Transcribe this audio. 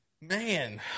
Man